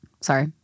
sorry